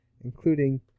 including